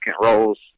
roles